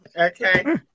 Okay